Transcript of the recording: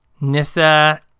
Nissa